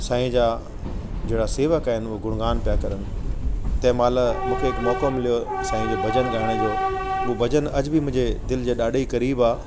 साईं जा जहिड़ा शेवक आहिनि उहे गुणगान पिया कनि तंहिंमहिल मूंखे हिकु मौक़ो मिलियो साईंजे भजन ॻाइण जो उहो भजनु अॼु बि मुंहिंजे दिलि जे ॾाढे क़रीबु आहे